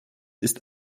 ist